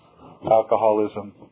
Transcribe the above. alcoholism